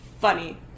Funny